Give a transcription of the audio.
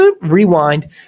rewind